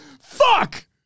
Fuck